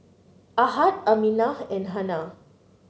Ahad Aminah and Hana